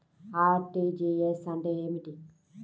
RTGS అంటే ఏమిటి?